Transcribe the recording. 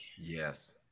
Yes